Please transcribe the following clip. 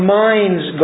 minds